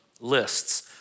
lists